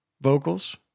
vocals